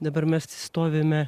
dabar mes stovime